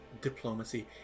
diplomacy